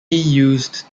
used